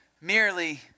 merely